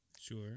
Sure